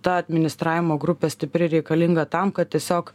ta administravimo grupė stipri reikalinga tam kad tiesiog